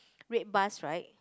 red bus right